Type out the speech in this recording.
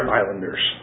islanders